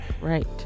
Right